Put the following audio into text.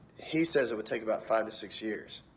he says it would take about five to six years.